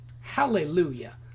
Hallelujah